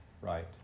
Right